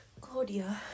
Claudia